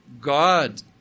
God